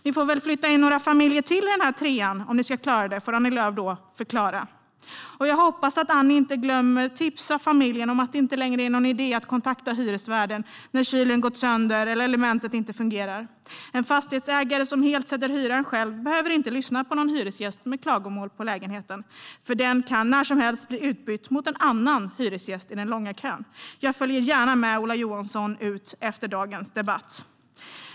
Ni får väl flytta in några familjer till i den här trean om ni ska klara det, får Annie Lööf förklara. Jag hoppas att Annie inte glömmer att tipsa familjen om att det inte längre är någon idé att kontakta hyresvärden när kylen gått sönder eller elementet inte fungerar. En fastighetsägare som sätter hyran helt själv behöver inte lyssna på någon hyresgäst med klagomål på lägenheten, för den kan när som helst bli utbytt mot en annan hyresgäst i den långa kön. Jag följer gärna med Ola Johansson ut efter dagens debatt.